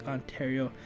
Ontario